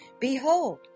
Behold